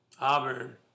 Auburn